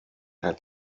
had